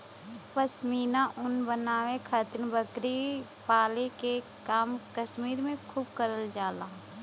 पश्मीना ऊन बनावे खातिर बकरी पाले के काम कश्मीर में खूब करल जाला